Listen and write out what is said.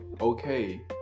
okay